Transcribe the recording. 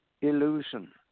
illusion